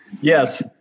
Yes